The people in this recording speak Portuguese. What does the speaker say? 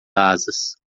asas